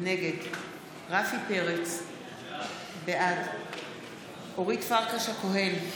נגד רפי פרץ, בעד אורית פרקש-הכהן,